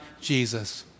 Jesus